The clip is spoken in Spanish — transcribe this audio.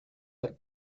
del